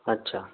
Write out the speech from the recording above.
अच्छा